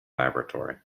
laboratory